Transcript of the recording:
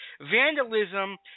vandalism